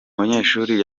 munyeshuri